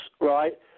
right